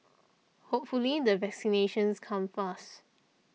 hopefully the vaccinations come fast